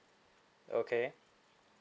okay